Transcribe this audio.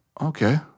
okay